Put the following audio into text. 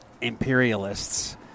imperialists